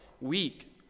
weak